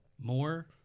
more